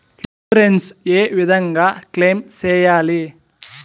Insurance ఏ విధంగా claim సేయాలి?